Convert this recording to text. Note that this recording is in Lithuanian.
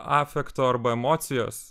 afekto arba emocijos